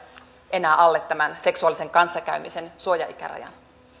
enää alle tämän seksuaalisen kanssakäymisen suojaikärajan